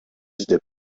издеп